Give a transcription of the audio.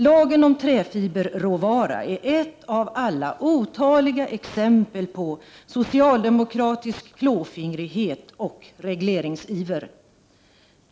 Lagen om träfiberråvara är ett av alla otaliga exempel på socialdemokratisk klåfingrighet och regleringsiver.